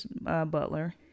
Butler